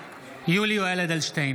(קורא בשמות חברי הכנסת) יולי יואל אדלשטיין,